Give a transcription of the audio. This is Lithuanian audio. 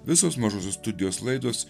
visos mažosios studijos laidos